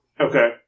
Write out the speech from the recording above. Okay